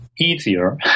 easier